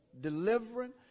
delivering